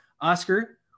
Oscar